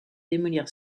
démolir